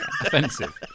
Offensive